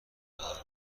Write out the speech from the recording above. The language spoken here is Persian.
نداره